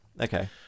okay